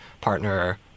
partner